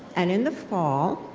and in the fall,